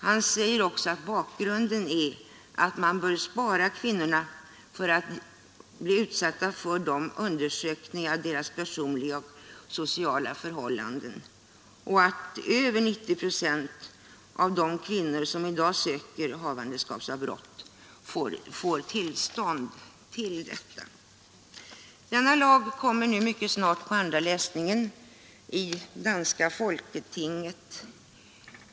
Han säger också att bakgrunden är att man bör bespara kvinnorna att bli utsatta för dessa undersökningar av deras personliga och sociala förhållanden och att över 90 procent av de kvinnor som i dag söker havandeskapsavbrott får tillstånd till detta. Denna lag kommer nu mycket snart på andra läsningen i danska folketinget.